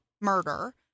murder